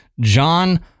John